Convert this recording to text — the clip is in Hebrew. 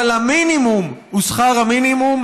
אבל המינימום הוא שכר המינימום,